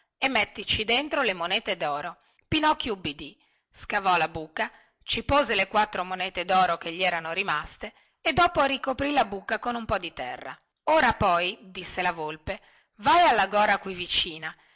e mettici dentro le monete doro pinocchio ubbidì scavò la buca ci pose le quattro monete doro che gli erano rimaste e dopo ricoprì la buca con un po di terra ora poi disse la volpe vai alla gora qui vicina